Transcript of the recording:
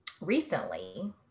recently